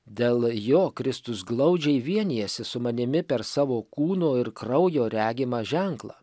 dėl jo kristus glaudžiai vienijasi su manimi per savo kūno ir kraujo regimą ženklą